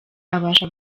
abasha